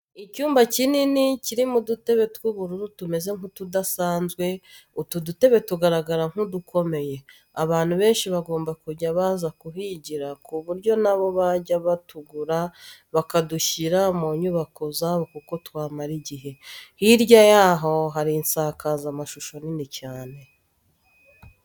Icyumba kinini kirimo udutebe tw'ubururu tumeze nk'utudasanzwe, utu dutebe tugaragara nk'udukomeye, abantu benshi bagomba kujya baza kuhigira ku buryo na bo bajya batugura bakadushyira mu nyubako zabo kuko twamara igihe. Hirya yaho hari insakazamashusho nini cyane.